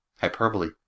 Hyperbole